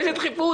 איזו דחיפות?